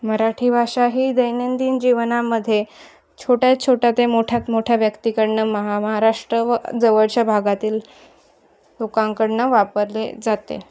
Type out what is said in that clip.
मराठी भाषा ही दैनंदिन जीवनामध्ये छोट्या छोट्या ते मोठ्यात मोठ्या व्यक्तीकडून महा महाराष्ट्र व जवळच्या भागातील लोकांकडून वापरले जाते